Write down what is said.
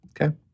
Okay